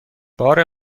بار